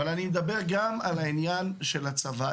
אבל אני מדבר גם על העניין של הצבא.